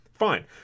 fine